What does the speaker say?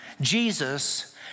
Jesus